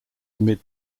amid